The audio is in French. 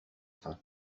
faim